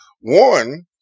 one